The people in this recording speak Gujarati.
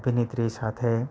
અભિનેત્રી સાથે